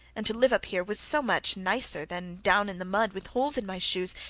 and to live up here was so much nicer than down in the mud with holes in my shoes,